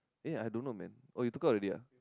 eh I don't know man oh you took out already ah